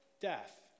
death